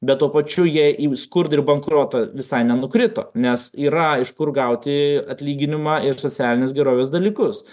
bet tuo pačiu jie į skurdą ir bankrotą visai nenukrito nes yra iš kur gauti atlyginimą ir socialinės gerovės dalykus